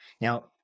Now